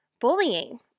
bullying